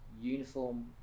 uniform